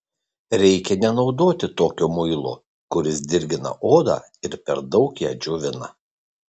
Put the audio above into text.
reikia nenaudoti tokio muilo kuris dirgina odą ir per daug ją džiovina